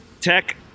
Tech